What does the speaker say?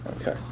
okay